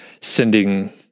sending